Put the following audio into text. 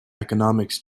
economics